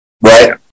right